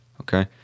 okay